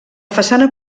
façana